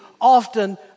often